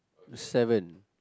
seven